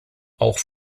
auch